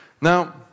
Now